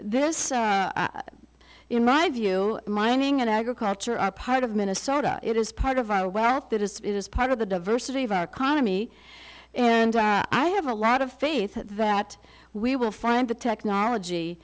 this in my view mining and agriculture are part of minnesota it is part of our wealth that is part of the diversity of our economy and i have a lot of faith that we will find the technology